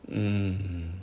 um